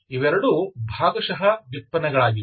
ಇವೆರಡು ಭಾಗಶಃ ವ್ಯುತ್ಪನ್ನಗಳಾಗಿವೆ